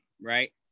right